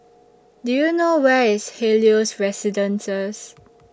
Do YOU know Where IS Helios Residences